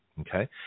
Okay